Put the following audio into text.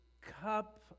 cup